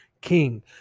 king